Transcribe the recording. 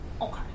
Okay